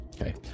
Okay